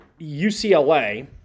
UCLA